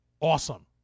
awesome